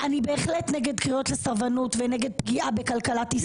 בהחלט נגד קריאות לסרבנות ונגד פגיעה בכלכלת ישראל.